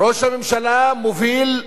ראש הממשלה מוביל,